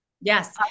Yes